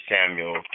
Samuel